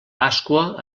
pasqua